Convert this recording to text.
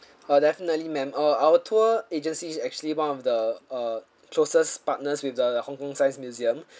uh definitely ma'am our our tour agency is actually one of the uh closest partners with the Hong-Kong science museum